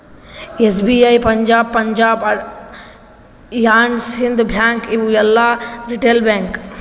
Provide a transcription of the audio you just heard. SBI, Punjab, Punjab and Sind bank ಇವು ಎಲ್ಲಾ retail bank